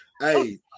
Hey